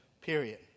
period